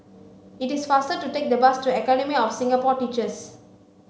it is faster to take the bus to Academy of Singapore Teachers